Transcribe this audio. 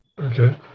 Okay